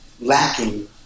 lacking